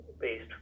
based